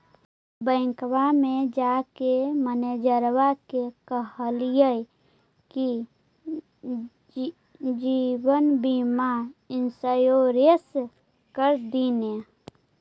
बैंकवा मे जाके मैनेजरवा के कहलिऐ कि जिवनबिमा इंश्योरेंस कर दिन ने?